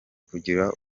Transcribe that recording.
kugira